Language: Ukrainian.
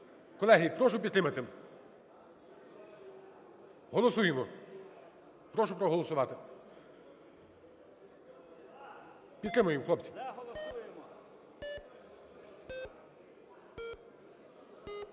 Колеги, прошу підтримати. Голосуємо. Прошу проголосувати. Підтримуємо, хлопці.